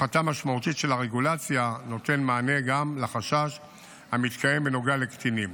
הפחתה משמעותית של הרגולציה נותנת מענה גם לחשש המתקיים בנוגע לקטינים.